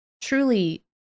truly